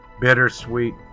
bittersweet